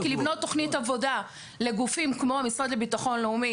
כי לבנות תוכנית עבודה לגופים כמו המשרד לביטחון לאומי,